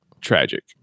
tragic